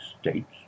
states